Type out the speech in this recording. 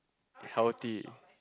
healthy